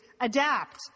adapt